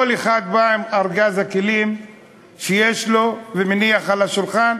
כל אחד בא עם ארגז הכלים שיש לו ומניח על השולחן: